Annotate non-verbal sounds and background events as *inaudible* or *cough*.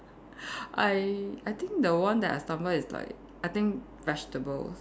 *laughs* I I think the one that I stumble is like I think vegetables